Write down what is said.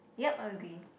yup I agree